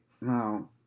Now